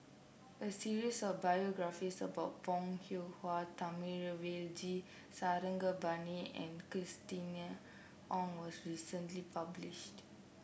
a series of biographies about Bong Hiong Hwa Thamizhavel G Sarangapani and Christina Ong was recently published